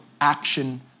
action